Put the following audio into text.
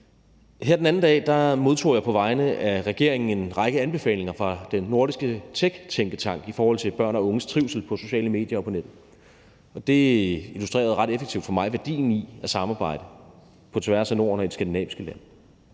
Her den anden dag modtog jeg på vegne af regeringen en række anbefalinger fra den nordiske techtænketank i forhold til børn og unges trivsel på sociale medier og på nettet, og det illustrerede ret effektivt for mig værdien i at samarbejde på tværs af Norden og de skandinaviske lande.